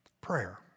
Prayer